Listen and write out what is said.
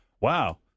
wow